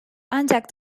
ancak